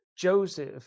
Joseph